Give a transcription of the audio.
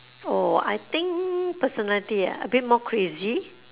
oh I think personality ah a bit more crazy